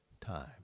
time